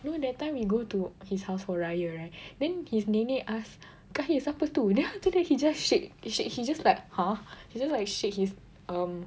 you know that time we go to his house for raya right then his nenek ask Kahir siapa tu then after that he just shake shake he just like !huh! he just like shake his um